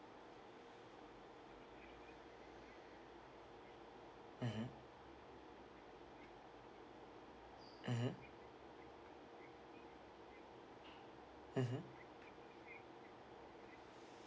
mmhmm mmhmm mmhmm